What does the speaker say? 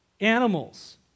animals